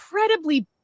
incredibly